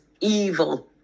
evil